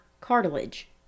cartilage